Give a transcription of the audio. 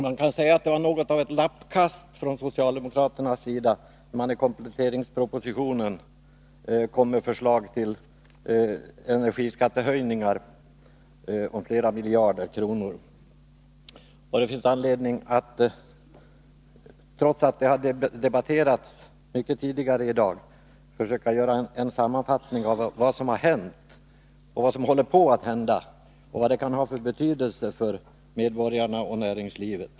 Man kan säga att det var något av ett lappkast från den socialdemokratiska regeringens sida när den i kompletteringspropositionen kom med förslag till energiskattehöjningar på flera miljarder kronor. Trots att det har debatterats mycket här i dag, kan det finnas anledning att redogöra för vad som har hänt och vad som håller på att hända på energiområdet och se på vad det kan få för betydelse för medborgarna och näringslivet.